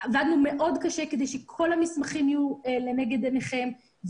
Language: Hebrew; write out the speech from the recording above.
עבדנו מאוד קשה כדי שכל המסמכים וכל התביעות שלנו יהיו לנגד עיניכם.